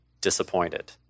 disappointed